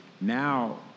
Now